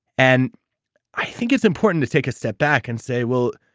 and i think it's important to take a step back and say, well,